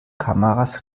kameras